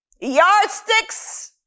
Yardsticks